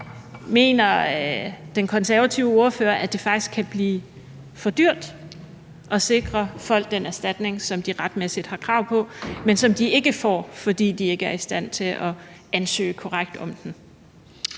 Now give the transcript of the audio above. Mener den konservative ordfører, at det faktisk kan blive for dyrt at sikre folk den erstatning, som de retmæssigt har krav på, men som de ikke får, fordi de ikke er i stand til at ansøge korrekt om den?